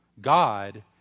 God